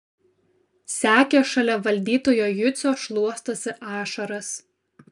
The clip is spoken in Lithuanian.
sekė šalia valdytojo jucio šluostosi ašaras